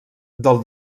del